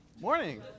Morning